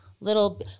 little